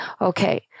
Okay